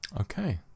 Okay